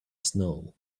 snow